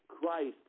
Christ